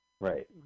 Right